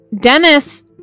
Dennis